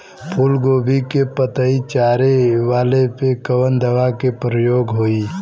फूलगोभी के पतई चारे वाला पे कवन दवा के प्रयोग होई?